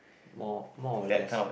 more more or less